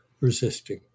resisting